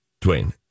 Dwayne